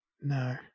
No